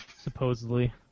Supposedly